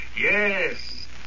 Yes